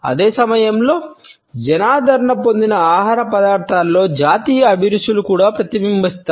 అదే సమయంలో జనాదరణ పొందిన ఆహార పదార్థాలలో జాతీయ అభిరుచులు కూడా ప్రతిబింబిస్తాయి